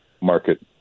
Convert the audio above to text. market